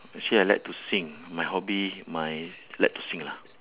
actually I like to sing my hobby my like to sing lah